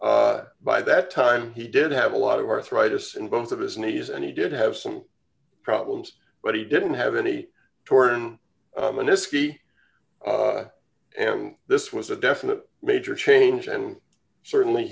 by that time he did have a lot of arthritis in both of his knees and he did have some problems but he didn't have any torn an escapee and this was a definite major change and certainly